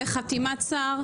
בחתימת שר,